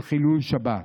של חילול שבת,